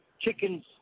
Chickens